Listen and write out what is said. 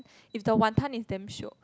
it's the wanton is damn shiok